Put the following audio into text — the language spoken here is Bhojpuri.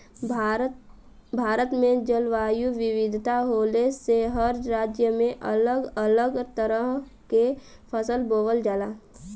भारत में जलवायु विविधता होले से हर राज्य में अलग अलग तरह के फसल बोवल जाला